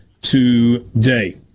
today